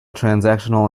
transactional